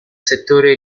settore